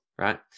Right